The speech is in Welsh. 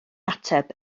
ateb